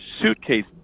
suitcase